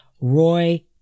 Roy